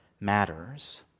matters